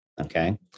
Okay